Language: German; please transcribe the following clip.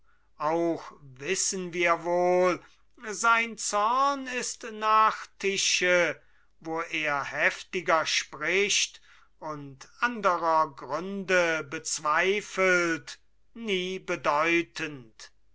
auch wissen wir wohl sein zorn ist nach tische wo er heftiger spricht und anderer gründe bezweifelt nie bedeutend